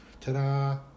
Ta-da